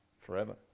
forever